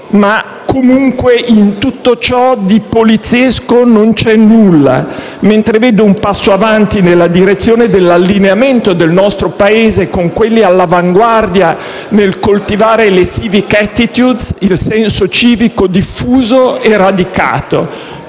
aggiuntivo. In tutto questo, di poliziesco non vedo proprio nulla. Mentre ci vedo un passo avanti nella direzione dell'allineamento del nostro Paese con quelli all'avanguardia nel coltivare le *civic attitudes*, il senso civico diffuso e radicato.